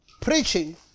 preaching